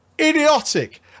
idiotic